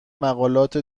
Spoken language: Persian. مقالات